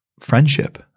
friendship